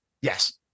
Yes